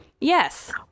Yes